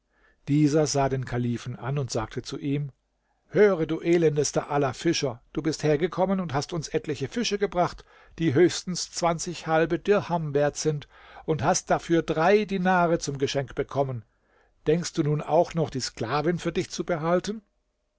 dieser sah den kalifen an und sagte zu ihm höre du elendester aller fischer du bist hergekommen und hast uns etliche fische gebracht die höchstens halbe dirham wert sind und hast dafür drei dinare zum geschenk bekommen denkst du nun auch noch die sklavin für dich zu behalten